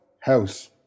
House